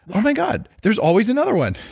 oh my god, there's always another one.